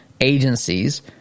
agencies